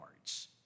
cards